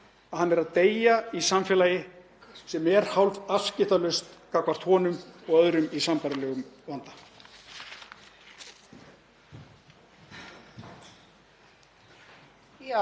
að hann er að deyja í samfélagi sem er hálfafskiptalaust gagnvart honum og öðrum í sambærilegum vanda.